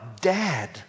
Dad